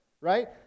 right